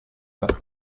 bas